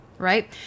right